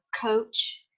coach